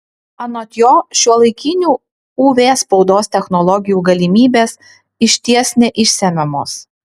anot jo šiuolaikinių uv spaudos technologijų galimybės išties neišsemiamos